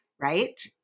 Right